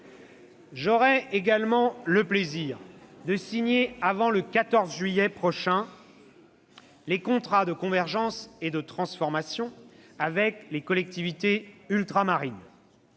J'aurai également le plaisir de signer avant le 14 juillet les contrats de convergence et de transformation avec les collectivités ultramarines